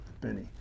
Benny